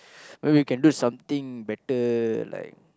when we can do something better like